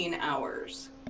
hours